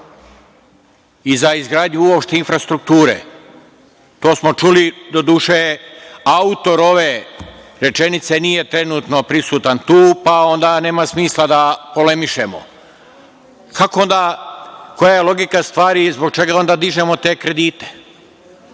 i za izgradnju uopšte infrastrukture. Do duše, autor ove rečenice nije trenutno prisutan, pa onda nema smisla da polemišemo. Koja je logika stvari i zbog čega dižemo te kredite,